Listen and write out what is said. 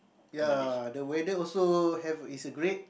ya the weather also have is a great